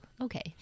Okay